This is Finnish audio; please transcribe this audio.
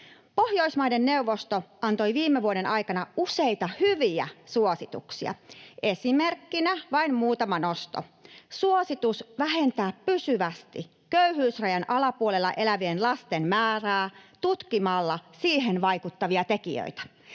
Pohjoismaiden neuvosto antoi viime vuoden aikana useita hyviä suosituksia. Esimerkkinä vain muutama nosto: suositus vähentää pysyvästi köyhyysrajan alapuolella elävien lasten määrää tutkimalla siihen vaikuttavia tekijöitä